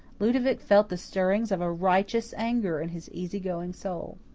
ludovic felt the stirring of a righteous anger in his easy-going soul.